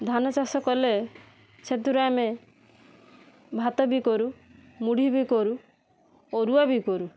ଧାନଚାଷ କଲେ ସେଥିରୁ ଆମେ ଭାତ ବି କରୁ ମୁଢ଼ି ବି କରୁ ଅରୁଆ ବି କରୁ